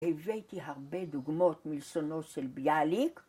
‫הבאתי הרבה דוגמאות מלשונו ‫של ביאליק.